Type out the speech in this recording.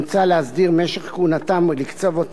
מוצע להסדיר משך כהונתם או לקצוב אותו